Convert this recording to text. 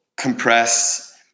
compress